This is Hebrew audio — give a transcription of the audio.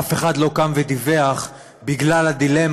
אף אחד לא קם ודיווח בגלל הדילמה,